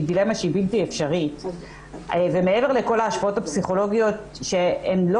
דילמה בלתי אפשרית ומעבר לכל ההשפעות הפסיכולוגיות שהן לא